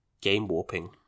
game-warping